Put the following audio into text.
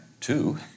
two